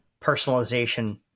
personalization